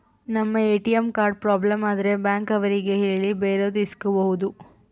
ನಮ್ ATM card problem ಆದ್ರೆ bank ಅವ್ರಿಗೆ ಹೇಳಿ ಬೇರೆದು ಇಸ್ಕೊಬೋದು